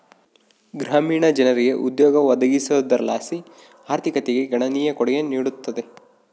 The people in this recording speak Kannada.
ಗ್ರಾಮೀಣ ಜನರಿಗೆ ಉದ್ಯೋಗ ಒದಗಿಸೋದರ್ಲಾಸಿ ಆರ್ಥಿಕತೆಗೆ ಗಣನೀಯ ಕೊಡುಗೆ ನೀಡುತ್ತದೆ